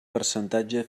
percentatge